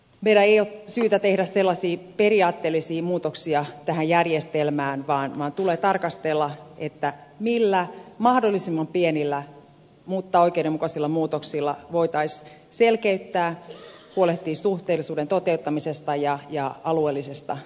meidän ei ole syytä tehdä sellaisia periaatteellisia muutoksia tähän järjestelmään vaan tulee tarkastella millä mahdollisimman pienillä mutta oikeudenmukaisilla muutoksilla voitaisiin selkeyttää huolehtia suhteellisuuden toteuttamisesta ja alueellisesta edustavuudesta